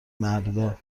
مردا